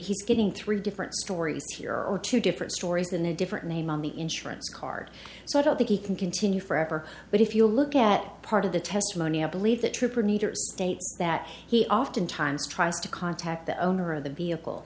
he's getting three different stories here or two different stories in a different name on the insurance card so i don't think he can continue forever but if you look at part of the testimony i believe that trooper needers states that he often times tries to contact the owner of the vehicle